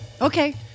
Okay